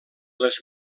les